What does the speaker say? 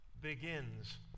begins